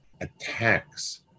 attacks